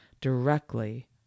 directly